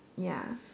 ya